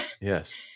Yes